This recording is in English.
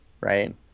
Right